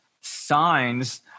signs